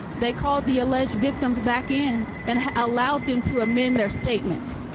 they call the alleged victims back in and allowed them to amend their statements.